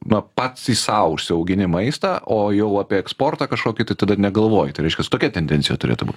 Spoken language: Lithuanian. na patsai sau užsiaugini maistą o jau apie eksportą kažkokį tai tada negalvoji tai reiškias tokia tendencija turėtų būt